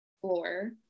floor